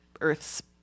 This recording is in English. Earth's